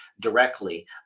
directly